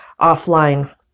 offline